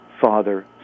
Father